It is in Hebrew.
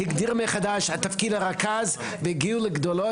הגדירו מחדש את תפקיד הרכז והגיעו לגדולות.